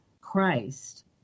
Christ